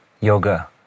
yoga